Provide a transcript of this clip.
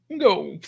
go